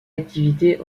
activité